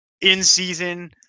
In-season